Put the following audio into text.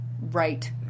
right